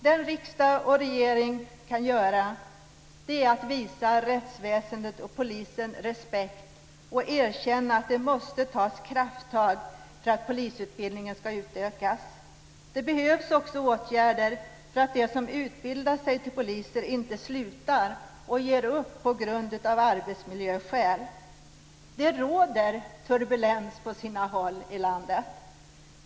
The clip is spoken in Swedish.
Det som riksdag och regering kan göra är att visa rättsväsendet och polisen respekt, och erkänna att det måste tas krafttag för att polisutbildningen ska utökas. Det behövs också åtgärder så att de som utbildar sig till poliser inte slutar och ger upp på grund av arbetsmiljön. Det råder turbulens på sina håll i landet.